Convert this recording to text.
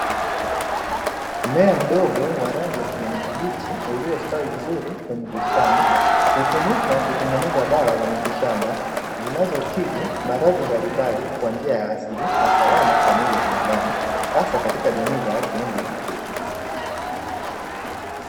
Mmea mdogo wa rangi ya kijani kibichi, uliostawi vizuri kwenye bustani hutumika kutengeneza dawa za mitishamba zinazotibu maradhi mbalimbali kwa njia ya asili na salama kwa mwili wa binadamu hasa katika jamii za watu wengi wa Afrika.